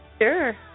Sure